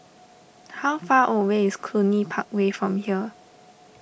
how far away is Cluny Park Way from here